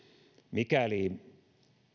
mikäli